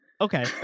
Okay